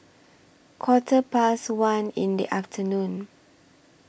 Quarter Past one in The afternoon